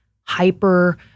hyper